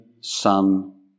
son